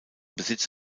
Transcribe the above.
besitz